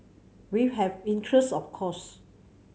we've have interest of course